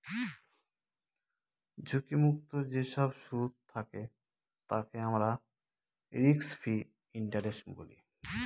ঝুঁকি মুক্ত যেসব সুদ থাকে তাকে আমরা রিস্ক ফ্রি ইন্টারেস্ট বলি